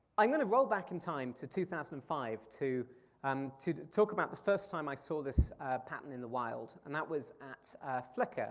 i'm gonna roll back in time to two thousand and five um to talk about the first time i saw this pattern in the wild. and that was at flickr.